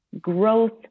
growth